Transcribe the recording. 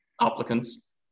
applicants